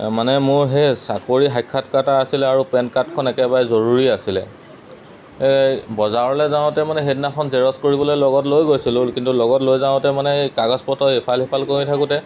মানে মোৰ সেই চাকৰি সাক্ষাৎকাৰ এটা আছিলে আৰু পেন কাৰ্ডখন একেবাৰে জৰুৰী আছিলে এই বজাৰলৈ যাওঁতে মানে সেইদিনাখন জেৰক্স কৰিবলৈ লগত লৈ গৈছিলোঁ কিন্তু লগত লৈ যাওঁতে মানে এই কাগজ পত্ৰ ইফাল সিফাল কৰি থাকোঁতে